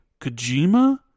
Kojima